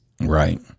Right